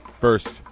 First